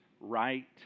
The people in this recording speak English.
right